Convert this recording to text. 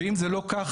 ואם זה לא ככה,